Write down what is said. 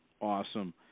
Awesome